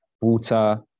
water